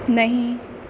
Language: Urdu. نہیں